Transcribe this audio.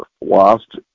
lost